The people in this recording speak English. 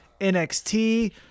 nxt